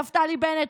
נפתלי בנט,